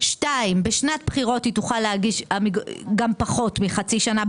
בשנת בחירות היא תוכל להגיש גם פחות מחצי שנה,